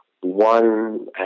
one